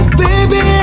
baby